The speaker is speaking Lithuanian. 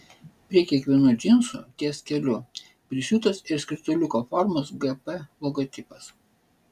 prie kiekvienų džinsų ties keliu prisiūtas ir skrituliuko formos gp logotipas